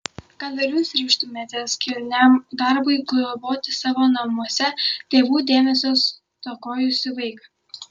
gal ir jūs ryžtumėtės kilniam darbui globoti savo namuose tėvų dėmesio stokojusį vaiką